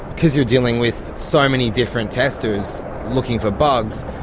because you're dealing with so many different testers looking for bugs,